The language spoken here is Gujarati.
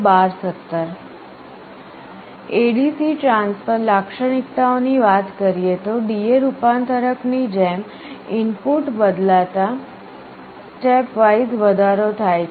ADC ટ્રાન્સફર લાક્ષણિકતાઓની વાત કરીએ તો DA રૂપાંતરક ની જેમ ઇનપુટ બદલાતાં સ્ટેપવાઇઝ વધારો થાય છે